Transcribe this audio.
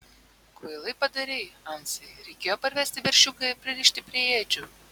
kvailai padarei ansai reikėjo parvesti veršiuką ir pririšti prie ėdžių